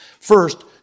First